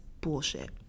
bullshit